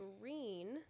green